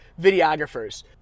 videographers